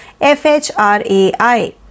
FHRAI